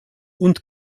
und